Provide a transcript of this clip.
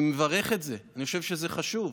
אני מברך על זה, אני חושב שזה חשוב.